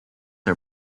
are